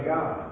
God